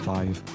Five